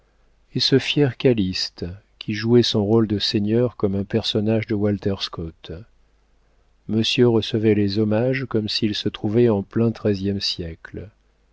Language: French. et ce fier calyste qui jouait son rôle de seigneur comme un personnage de walter scott monsieur recevait les hommages comme s'il se trouvait en plein treizième siècle